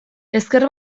ezker